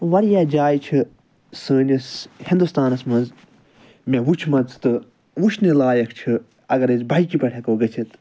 واریاہ جایہِ چھِ سٲنِس ہِندُستانَس منٛز مےٚ وٕچھمَژٕ تہٕ وٕچھنہِ لایَکھ چھِ اَگر أسۍ بایِکہِ پٮ۪ٹھ ہٮ۪کَو گٔژھِتھ